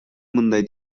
мындай